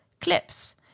clips